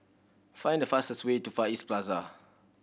find the fastest way to Far East Plaza